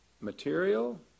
Material